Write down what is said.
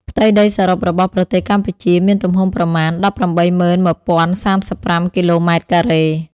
ផ្ទៃដីសរុបរបស់ប្រទេសកម្ពុជាមានទំហំប្រមាណ ១៨១.០៣៥ គីឡូម៉ែត្រការ៉េ។